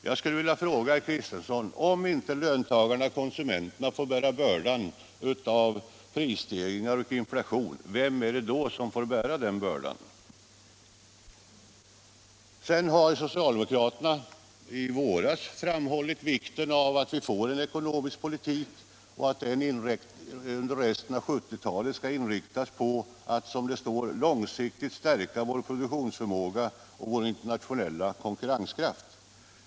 Jag skulle vilja fråga herr Kristenson: Om inte löntagarna-konsumenterna får bära bördan av prisstegringar och inflation, vem är det då som får bära den? I våras framhöll socialdemokraterna vikten av att den ekonomiska politiken under resten av 1970-talet inriktas på att, som det står i motionen 25 ”långsiktigt stärka vår produktionsförmåga och vår internationella konkurrenskraft”.